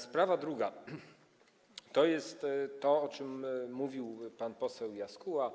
Sprawa druga to jest to, o czym mówił pan poseł Jaskóła